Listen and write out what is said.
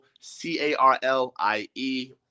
C-A-R-L-I-E